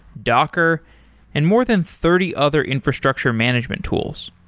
docker and more than thirty other infrastructure management tools.